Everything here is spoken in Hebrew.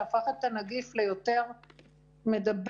שהפך את הנגיף ליותר מדבק,